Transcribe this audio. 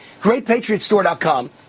GreatPatriotStore.com